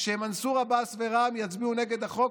כשמנסור עבאס ורע"מ יצביעו נגד החוק,